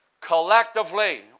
collectively